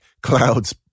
clouds